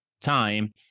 time